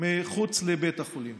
מחוץ לבית החולים.